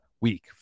week